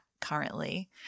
currently